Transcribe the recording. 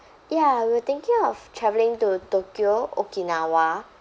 ya we're thinking of travelling to tokyo okinawa